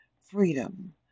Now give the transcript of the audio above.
freedom